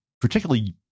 particularly